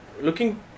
looking